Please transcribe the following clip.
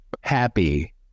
happy